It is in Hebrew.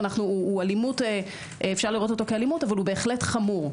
אבל אפשר לראותו כאלימות והוא חמור.